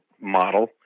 model